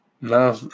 No